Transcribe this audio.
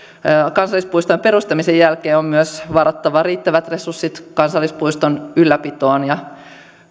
kansallispuistojen perustamisen jälkeen on myös varattava riittävät resurssit kansallispuiston ylläpitoon ja